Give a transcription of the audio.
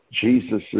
Jesus